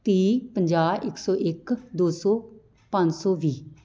ਤੀਹ ਪੰਜਾਹ ਇੱਕ ਸੌ ਇੱਕ ਦੋ ਸੌ ਪੰਜ ਸੌ ਵੀਹ